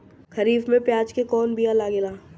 खरीफ में प्याज के कौन बीया लागेला?